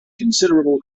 considerable